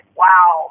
wow